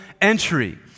entry